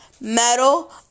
metal